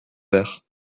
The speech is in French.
verre